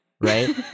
Right